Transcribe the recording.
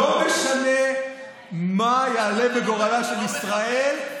לא משנה מה יעלה בגורלה של ישראל,